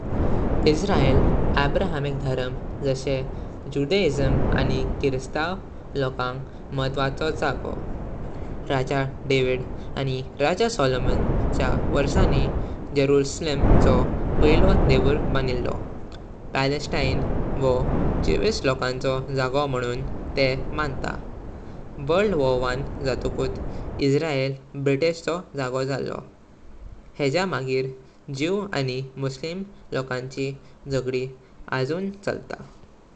Israel Abrahamic धरम जाशे Judaism आणी किरिस्ताव लोकांग महत्वाचो जागो। राजा डाविड आणी राजा सोलोमन चा वर्साणी जेरुसलेम चो पायलो देवूर बनिलो। पलस्तीन वय यहूदी लोंकांचो जागो म्हाणून तेह मांता। वर्ल्ड वॉर वन जाताकुत इसरेल ब्रिटिश चो जागो झालो। हेजा मगीर यहूदी आणी मुस्लिम लोकांची झगडी अजून चालता।